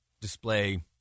display